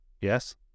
yes